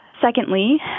Secondly